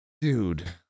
dude